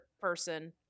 person